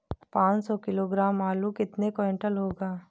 पाँच सौ किलोग्राम आलू कितने क्विंटल होगा?